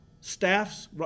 staffs